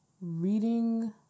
reading